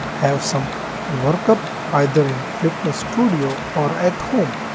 have some work up either in fitness studio or at home.